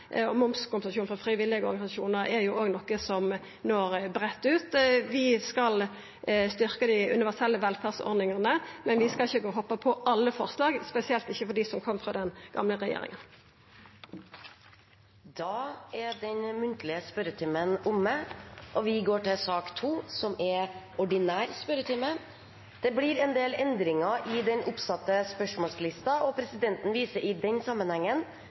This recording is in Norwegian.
for frivillige organisasjonar er òg noko som når breitt ut. Vi skal styrkja dei universelle velferdsordningane, men vi skal ikkje hoppa på alle forslag, spesielt ikkje dei som kom frå den gamle regjeringa. Da er den muntlige spørretimen omme, og vi går til den ordinære spørretimen. Det blir noen endringer i den oppsatte spørsmålslisten. Endringene var som følger: Spørsmål 3, fra representanten Lars Haltbrekken til forsknings- og